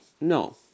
no